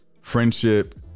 friendship